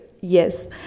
Yes